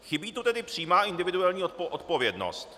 Chybí tu tedy přímá individuální odpovědnost.